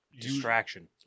distraction